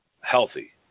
healthy